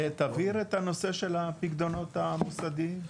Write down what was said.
תבהיר את הנושא של הפקדונות המוסדיים.